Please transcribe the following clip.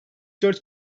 dört